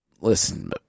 listen